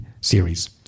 series